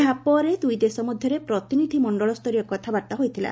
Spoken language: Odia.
ଏହାପରେ ଦୁଇ ଦେଶ ମଧ୍ୟରେ ପ୍ରତିନିଧି ମଣ୍ଡଳ ସ୍ତରୀୟ କଥାବାର୍ଭା ହୋଇଥିଲା